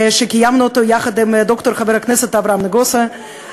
קיימנו אותו יחד עם חבר הכנסת ד"ר אברהם נגוסה,